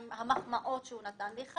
עם המחמאות שהוא נתן לך.